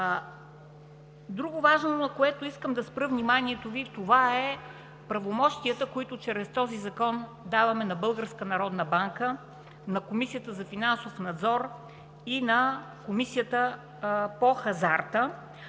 Друго важно, на което искам да спра вниманието Ви, е правомощията, които чрез този закон даваме на Българската народна